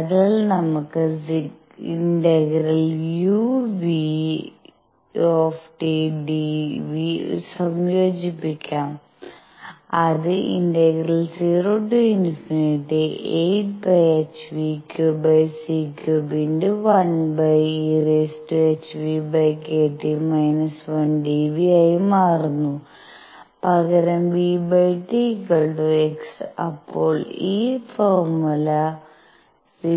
അതിനാൽ നമുക്ക് ∫ uνdν സംയോജിപ്പിക്കാം അത് ∫₀∞8πhv³c³1e⁽ʰᵛᵏᵀ⁾ 1dv ആയി മാറുന്നു പകരം vT x അപ്പോൾ ഈ ഫോർമുല ∫₀